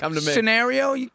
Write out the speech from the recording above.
scenario